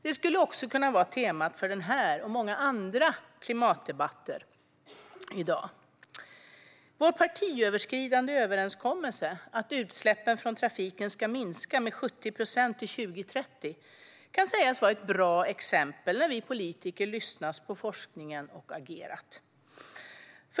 Det skulle också kunna vara temat för den här och många andra klimatdebatter i dag. Vår partiöverskridande överenskommelse att utsläppen från trafiken ska minska med 70 procent till 2030 kan sägas vara ett bra exempel där vi politiker lyssnat på forskningen och agerat.